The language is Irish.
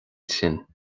sin